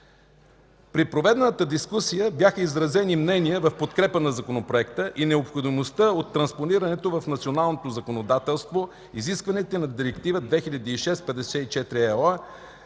При проведената дискусия бяха изразени мнения в подкрепа на Законопроекта и необходимостта от транспонирането в националното законодателство изискванията на Директива 2006/54/ЕО